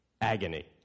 Agony